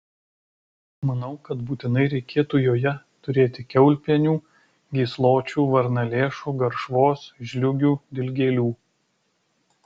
manau kad būtinai reikėtų joje turėti kiaulpienių gysločių varnalėšų garšvos žliūgių dilgėlių